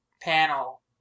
panel